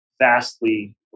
vastly